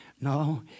No